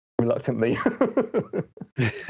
reluctantly